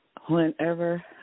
whenever